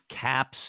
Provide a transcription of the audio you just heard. CAPS